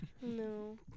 No